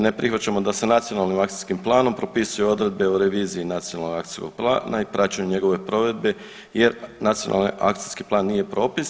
Ne prihvaćamo da se Nacionalnim akcijskim planom propisuju odredbe o reviziji nacionalnog akcijskog plana i praćenje njegove provedbe jer nacionalni akcijski plan nije propis.